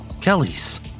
Kelly's